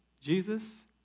Jesus